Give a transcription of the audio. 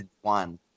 one